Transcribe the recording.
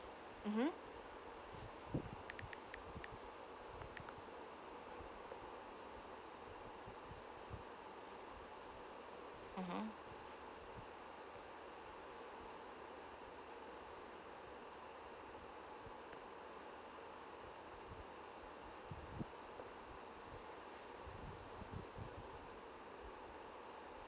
mmhmm mmhmm